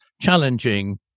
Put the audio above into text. challenging